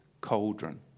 Cauldron